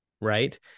right